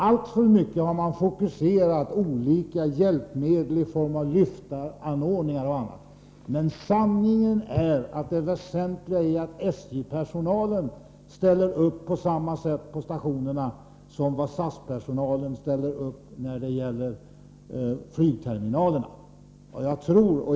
Alltför mycket har man fokuserat uppmärksamheten på hjälpmedel i form av lyftanordningar och annat. Men sanningen är att det väsentliga är att SJ-personalen ställer upp på stationerna på samma sätt som SAS-personalen ställer upp på flygterminalerna.